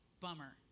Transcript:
Bummer